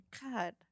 god